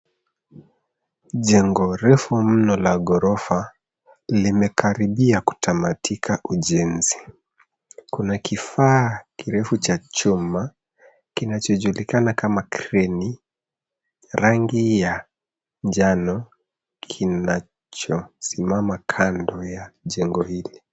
Jengo refu mno la ghorofa limekaribia kutamatika ujenzi. Kuna kifaa kirefu cha chuma kinachojulikana kama kreni, rangi ya njano kinachosimama kando ya jengo hili.